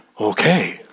Okay